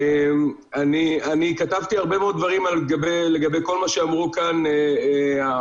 אני כתבתי הרבה מאוד דברים לגבי כל מה שאמרו כאן המומחים,